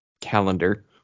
calendar